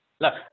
Look